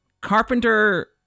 Carpenter